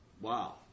Wow